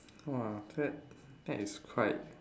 !wah! that that is quite